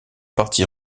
partie